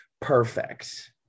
perfect